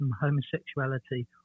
homosexuality